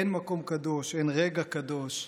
אין מקום קדוש, אין רגע קדוש.